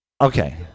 Okay